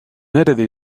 nerede